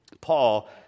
Paul